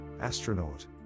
Astronaut